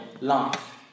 life